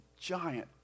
giant